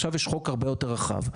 עכשיו יש חוק הרבה יותר רחב.